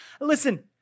Listen